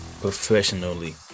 professionally